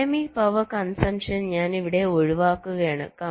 dynamic power consumption ഞാൻ ഇവിടെ ഒഴിവാക്കുകയാണ്